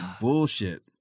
bullshit